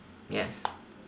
yes